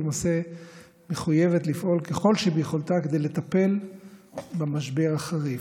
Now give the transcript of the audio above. ולמעשה מחויבת לפעול ככל שביכולתה כדי לטפל במשבר החריף.